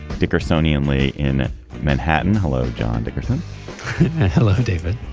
dickerson ian lee in manhattan hello. john dickerson hello david.